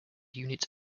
unit